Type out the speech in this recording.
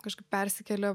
kažkaip persikėlė